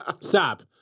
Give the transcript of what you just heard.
Stop